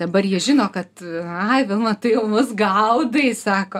dabar jie žino kad ai vilma tu jau mus gaudai sako